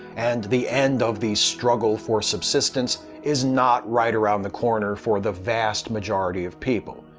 and the end of the struggle for subsistence is not right around the corner for the vast majority of people.